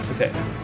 okay